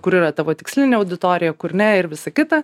kur yra tavo tikslinė auditorija kur ne ir visa kita